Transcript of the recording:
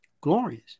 glorious